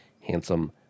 handsome